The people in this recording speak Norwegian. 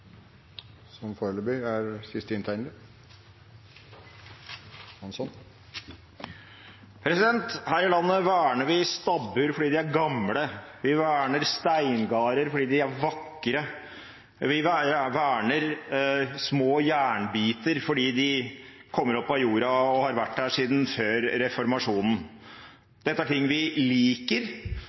gamle. Vi verner steingarder fordi de er vakre. Vi verner små jernbiter fordi de kommer opp av jorda og har vært der siden før reformasjonen. Dette er ting vi liker,